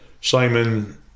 Simon